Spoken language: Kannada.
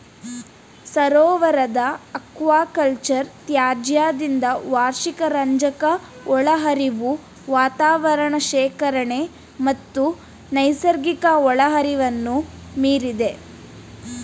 ಸರೋವರದ ಅಕ್ವಾಕಲ್ಚರ್ ತ್ಯಾಜ್ಯದಿಂದ ವಾರ್ಷಿಕ ರಂಜಕ ಒಳಹರಿವು ವಾತಾವರಣ ಶೇಖರಣೆ ಮತ್ತು ನೈಸರ್ಗಿಕ ಒಳಹರಿವನ್ನು ಮೀರಿದೆ